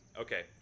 Okay